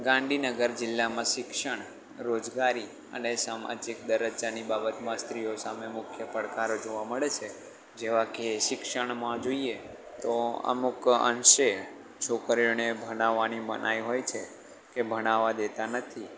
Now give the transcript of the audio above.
ગાંધીનગર જિલ્લામાં શિક્ષણ રોજગારી અને સામાજિક દરજ્જાની બાબતમાં સ્ત્રીઓ સામે મુખ્ય પડકારો જોવા મળે છે જેવા કે શિક્ષણમાં જોઈએ તો અમુક અંશે છોકરીઓને ભણાવવાની મનાઈ હોય છે કે ભણાવવા દેતા નથી